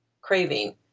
craving